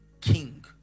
King